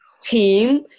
team